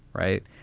right.